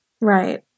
Right